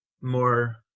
more